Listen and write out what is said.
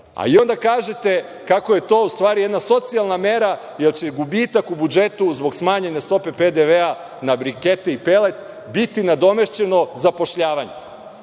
a onda kažete kako je to u stvari jedna socijalna mera, jer će gubitak u budžetu zbog smanjene stope PDV-a na brikete i pelet biti nadomešćen zapošljavanjem.